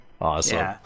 Awesome